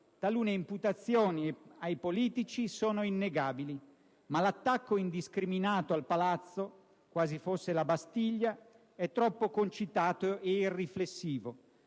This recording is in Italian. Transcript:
«Talune imputazioni ai politici sono innegabili, ma l'attacco indiscriminato al "palazzo", quasi fosse la Bastiglia, è troppo concitato e irriflessivo,